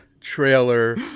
trailer